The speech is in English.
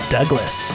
Douglas